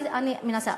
אני מנסה.